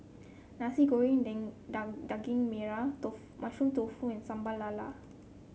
Nasi Goreng Daging Merah tofu Mushroom Tofu and Sambal Lala